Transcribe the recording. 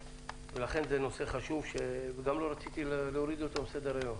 לכן זה נושא חשוב וגם לא רציתי להוריד אותו מסדר היום.